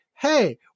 hey